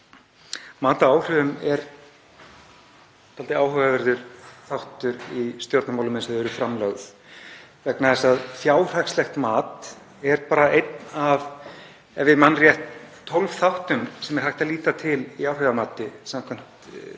Mat á áhrifum er dálítið áhugaverður þáttur í stjórnarmálum eins og þau eru framlögð vegna þess að fjárhagslegt mat er bara einn af, ef ég man rétt, 12 þáttum sem er hægt að líta til í áhrifamati samkvæmt